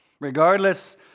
Regardless